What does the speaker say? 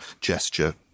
gesture